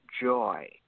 joy